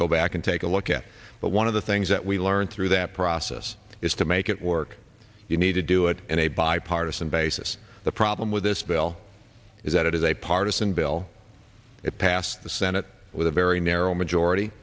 go back and take a look at but one of the things that we learned through that process is to make it work you need to do it in a bipartisan basis the problem with this bill is that it is a partisan bill it passed the senate with a very narrow majority